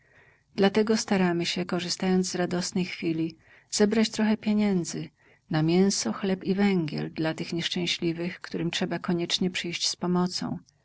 dlatego staramy się korzystając z radosnej chwili zebrać trochę pieniędzy na mięso chleb i węgiel dla tych nieszczęśliwych którym trzeba koniecznie przyjść z pomocą